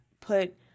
put